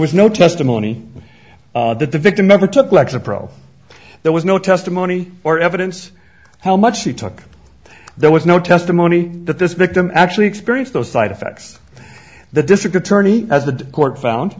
was no testimony that the victim ever took lexapro there was no testimony or evidence how much she took there was no testimony that this victim actually experienced those side effects the district attorney as the court